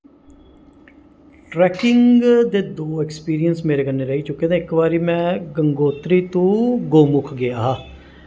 trekking दे दो experience मेरे कन्नै रेही चुके दे इक बारी में गंगोत्री तू गौमुख गेआ हा